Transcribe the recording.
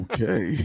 Okay